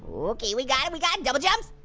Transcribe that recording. okay, we got and we got it, double jumps.